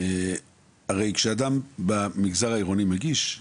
הרי כשאדם במגזר העירוני מגיש,